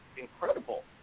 incredible